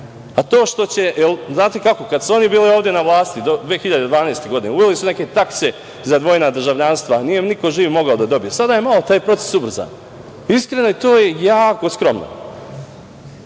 problem. Znate kako, kad su oni bili ovde na vlasti do 2012. godine, uveli su neke takse za dvojna državljanstva, nije niko živ mogao da je dobije, sada je malo taj proces ubrzan. Iskreno, to je jako skromno. Ne